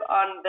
on